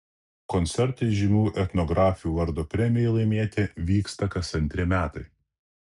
koncertai žymių etnografių vardo premijai laimėti vyksta kas antri metai